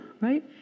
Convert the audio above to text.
right